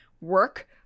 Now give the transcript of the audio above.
work